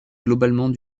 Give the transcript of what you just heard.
globalement